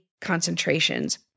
concentrations